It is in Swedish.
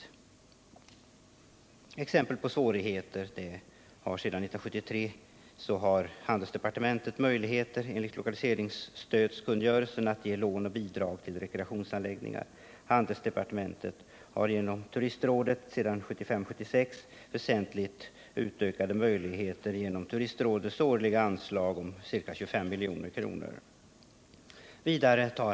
Ett exempel på sådana svårigheter är att handelsdepartementet sedan 1973 enligt lokaliseringsstödskungörelsen har möjligheter att ge lån och bidrag till rekreationsanläggningar. Sedan 1975-1976 har handelsdepartementet dessutom väsentligt utökade möjligheter till satsningar på rekreationsområdet inom ramen för turistrådets årliga anslag om ca 25 milj.kr.